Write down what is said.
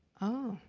oh,